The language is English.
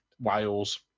Wales